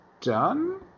done